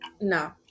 no